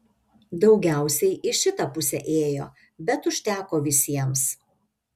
daugiausiai į šitą pusę ėjo bet užteko visiems